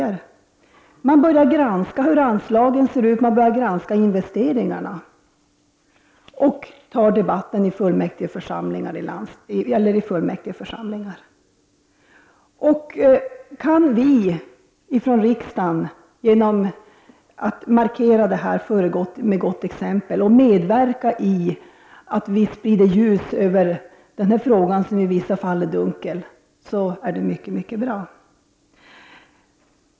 Man har börjat granska hur anslagen ser ut och granskar investeringarna samt debatterar frågan i fullmäktigeförsamlingar. Kan vi från riksdagen genom att markera detta föregå med gott exempel och sprida ljus i denna i vissa fall dunkla fråga är det mycket bra.